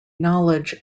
knowledge